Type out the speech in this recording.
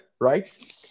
right